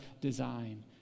design